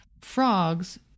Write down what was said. frogs